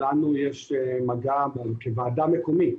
לנו כוועדה מקומית,